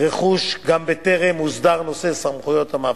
רכוש גם בטרם הוסדר נושא סמכויות המאבטחים.